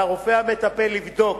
על הרופא המטפל לבדוק,